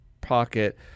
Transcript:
pocket